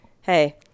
hey